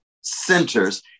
centers